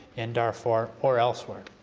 in darfur or elsewhere.